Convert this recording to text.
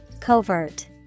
Covert